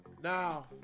Now